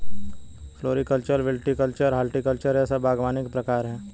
floriculture, viticulture, horticulture यह सब बागवानी के प्रकार है